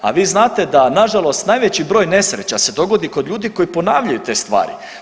A vi znate da na žalost najveći broj nesreća se dogodi kod ljudi koji ponavljaju te stvari.